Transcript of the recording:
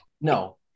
no